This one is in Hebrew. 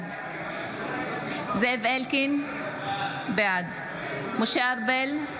בעד זאב אלקין, בעד משה ארבל,